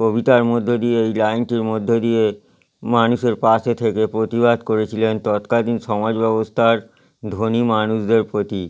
কবিতার মধ্য দিয়ে এই লাইনটির মধ্য দিয়ে মানুষের পাশে থেকে প্রতিবাদ করেছিলেন তৎকালীন সমাজ ব্যবস্থার ধনী মানুষদের প্রতি